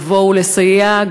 לסייע,